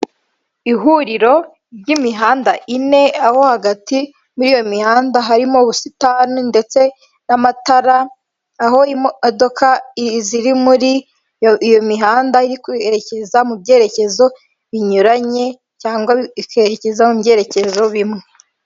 Ihuriro ry'imihanda ine aho hagati muri iyo mihanda harimo ubusitani ndetse n'amatara, aho imodoka ziri muri iyo iyo mihanda iri kwerekeza mu byerekezo binyuranye, cyangwa ikerekeza mu byerekezo bimwe.